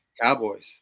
Cowboys